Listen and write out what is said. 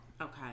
Okay